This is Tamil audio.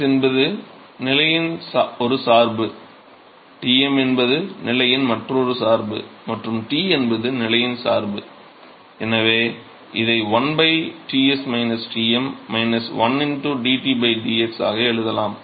Ts என்பது நிலையின் ஒரு சார்பு T m என்பது நிலையின் மற்றொரு சார்பு மற்றும் T என்பது நிலையின் சார்பு எனவே இதை 1 Ts Tm 1 dT dx ஆக எழுதலாம்